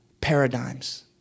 paradigms